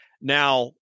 Now